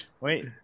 Wait